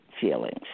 feelings